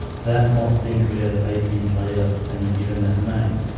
that mosque being created eighty years later and then given that name